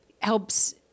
helps